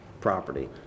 property